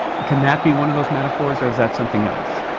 can that be one of those metaphors? or is that something else?